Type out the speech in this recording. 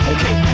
Okay